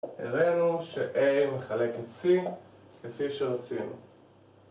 הראינו ש-a מחלק את c כפי שרצינו